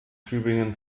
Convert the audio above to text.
tübingen